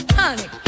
honey